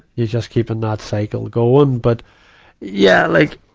you're just keeping that cycle going. but yeah, like,